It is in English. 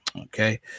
Okay